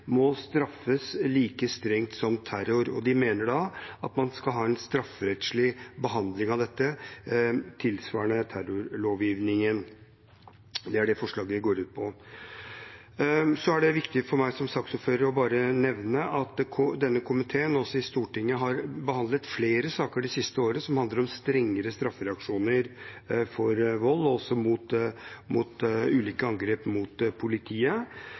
må straffes like strengt som terror. Og de mener da at man skal ha en strafferettslig behandling av dette tilsvarende terrorlovgivningen. Det er det forslaget går ut på. Så er det viktig for meg som saksordfører bare å nevne at denne komiteen også i Stortinget har behandlet flere saker det siste året som handler om strengere straffereaksjoner for vold og ulike angrep mot politiet.